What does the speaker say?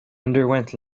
underwent